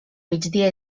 migdia